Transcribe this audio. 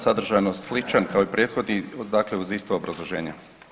Sadržajno sličan kao i prethodni, dakle uz isto obrazloženje.